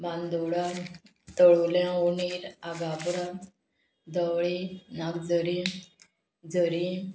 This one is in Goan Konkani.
बांदोडा तळुल्या उणीर आगापुरा दवळी नागजरी जरी